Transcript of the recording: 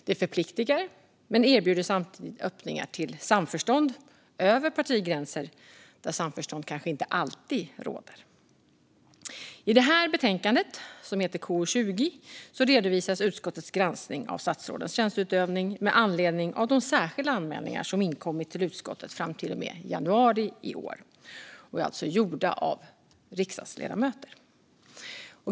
Det förpliktar men erbjuder samtidigt öppningar till samförstånd över partigränser där samförstånd kanske inte alltid råder. I det här betänkandet, KU20, redovisas utskottets granskning av statsrådens tjänsteutövning med anledning av de särskilda anmälningar som har inkommit till utskottet fram till och med januari i år. De är alltså gjorda av riksdagsledamöter.